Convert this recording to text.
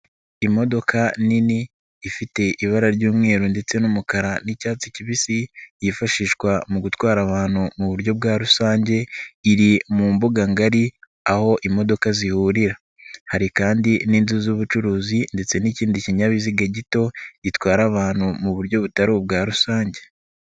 Imodoka nini ifite ibara ry'umweru ndetse n'umukara n'icyatsi kibisi, yifashishwa mu gutwara abantu mu buryo bwa rusange, iri mu mbuga ngari, aho imodoka zihurira. Hari kandi n'inzu z'ubucuruzi ndetse n'ikindi kinyabiziga gito, gitwara abantu mu buryo butari ubwa rusange.